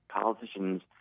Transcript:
politicians